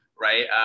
right